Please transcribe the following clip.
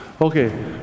Okay